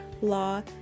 law